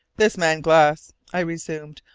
this man, glass, i resumed,